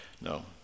no